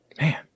Man